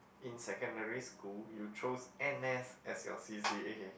in secondary school you chose N_S as your C_C_A